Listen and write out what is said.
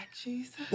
Jesus